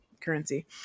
currency